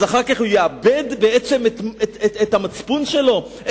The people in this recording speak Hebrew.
אז אחר כך הוא יאבד בעצם את המצפון שלו?